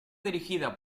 dirigida